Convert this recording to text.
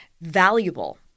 valuable